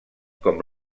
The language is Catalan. com